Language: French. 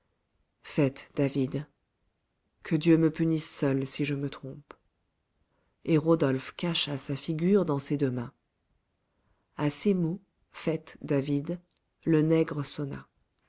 faites david que dieu me punisse seul si je me trompe et rodolphe cacha sa figure dans ses deux mains à ces mots faites david le nègre sonna